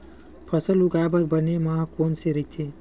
फसल उगाये बर बने माह कोन से राइथे?